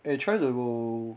eh try to